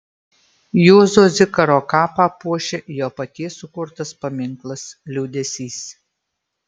juozo zikaro kapą puošia jo paties sukurtas paminklas liūdesys